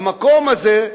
למקום הזה,